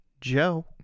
Joe